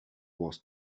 was